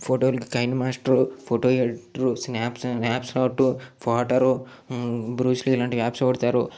ఫోటోలకి KineMaster photo editor స్నాప్స్ మ్యాప్స్ నాటు వాటరు బ్రూస్లీ లాంటి యాప్స్ వాడుతారు